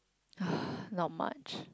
not much